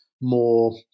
more